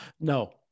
No